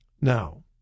Now